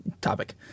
topic